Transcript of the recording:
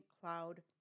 Cloud